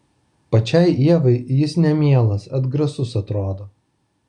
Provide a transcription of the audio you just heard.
pačiai ievai jis nemielas atgrasus atrodo